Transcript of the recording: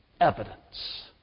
evidence